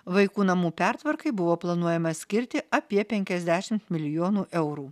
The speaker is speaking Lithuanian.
vaikų namų pertvarkai buvo planuojama skirti apie penkiasdešimt milijonų eurų